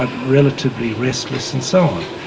ah relatively restless and so on.